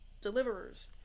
deliverers